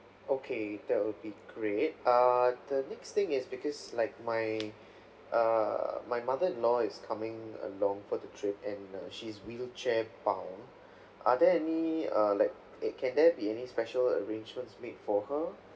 okay that will be great err the next thing is because like my err my mother-in-law is coming along for the trip and uh she's wheelchair bound are there any uh like it can there be any special arrangements made for her